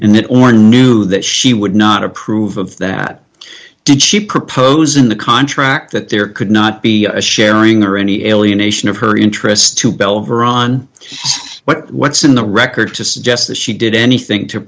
in it or new that she would not approve of that did she propose in the contract that there could not be a sharing or any alienation of her interest to belle veronica but what's in the record to suggest that she did anything to